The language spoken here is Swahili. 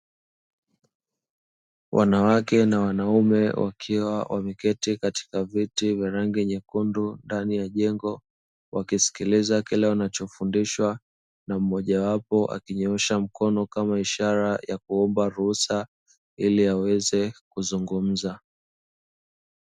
Wanawake na wanaume wakiwa wameketi katika viti vya rangi nyekundu ndani ya jengo, wakisikiliza kile wanachofundishwa na mmoja wapo akinyoosha mkono kama ishara ya kuomba ruhusa ili aweze kuzungumza.